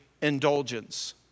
indulgence